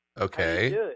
Okay